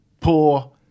poor